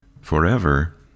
forever